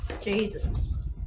Jesus